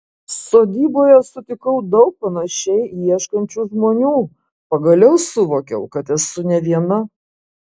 sodyboje sutikau daug panašiai ieškančių žmonių pagaliau suvokiau kad esu ne viena